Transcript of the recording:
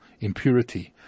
impurity